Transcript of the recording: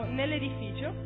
nell'edificio